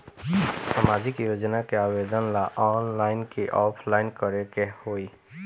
सामाजिक योजना के आवेदन ला ऑनलाइन कि ऑफलाइन करे के होई?